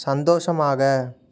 சந்தோஷமாக